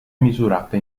misurata